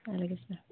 అలాగే సార్